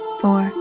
four